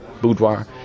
boudoir